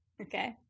Okay